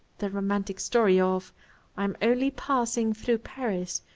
the romantic story of i am only passing through paris,